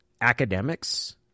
academics